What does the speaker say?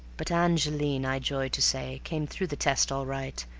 but angeline, i joy to say, came through the test all right,